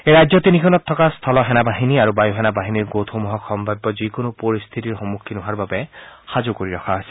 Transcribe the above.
এই ৰাজ্য তিনিখনত থকা স্থল সেনাবাহিনী আৰু বায়ু সেনাবাহিনীৰ গোটসমূহক সম্ভাৱ্য যিকোনো পৰিস্থিতিৰ সন্মখীন হোৱাৰ বাবে সাজু কৰি ৰখা হৈছে